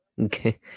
Okay